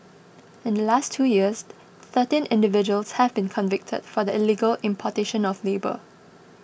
in the last two years thirteen individuals have been convicted for the illegal importation of labour